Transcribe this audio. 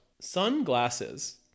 Sunglasses